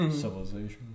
Civilization